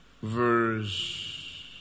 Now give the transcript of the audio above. Verse